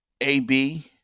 AB